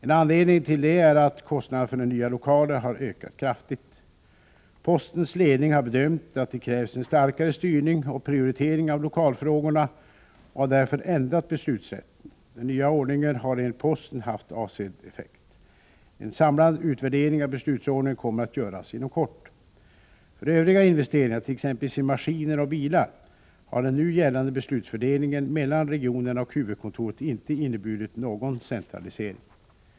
En anledning till det är att kostnaderna för nya lokaler har ökat kraftigt. Postens ledning har bedömt att det krävs en starkare styrning och prioritering av lokalfrågorna och har därför ändrat beslutsrätten. Den nya ordningen har enligt posten haft avsedd effekt. En samlad utvärdering av beslutsordningen kommer att göras inom kort. För övriga investeringar, t.ex. i maskiner och bilar, har den nu gällande beslutsfördelningen mellan regionerna och huvudkontoret inte inneburit någon centralisering.